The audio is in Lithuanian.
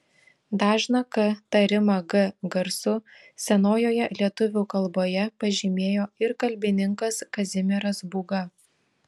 dažną k tarimą g garsu senojoje lietuvių kalboje pažymėjo ir kalbininkas kazimieras būga